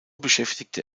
beschäftigte